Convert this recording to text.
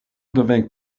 devint